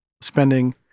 spending